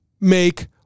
make